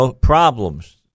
problems